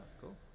Cool